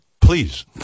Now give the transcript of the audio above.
Please